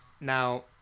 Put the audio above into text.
now